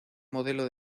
modelo